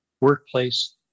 workplace